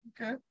Okay